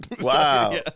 Wow